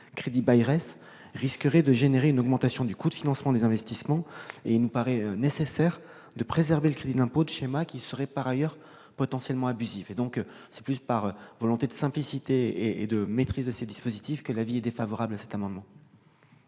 crédit-bailleresse risquerait d'entraîner une augmentation du coût de financement des investissements. Or il nous paraît nécessaire de préserver le crédit d'impôt de schémas qui seraient par ailleurs potentiellement abusifs. C'est donc davantage par souci de simplicité et de maîtrise des dispositifs que le Gouvernement est défavorable à l'amendement.